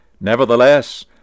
Nevertheless